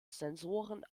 sensoren